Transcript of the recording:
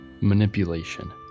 manipulation